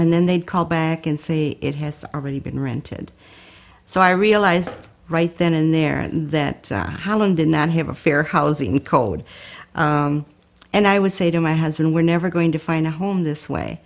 and then they'd call back and say it has already been rented so i realized right then and there that howland did not have a fair housing code and i would say to my husband we're never going to find a home this way